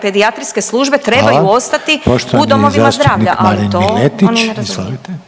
pedijatrijske službe trebaju .../Upadica: Hvala. Poštovani…/... ostati